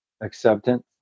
acceptance